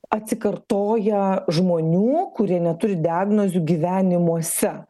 atsikartoja žmonių kurie neturi diagnozių gyvenimuose